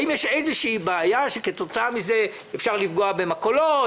האם יש איזו בעיה שכתוצאה ממנה אפשר לפגוע במכולות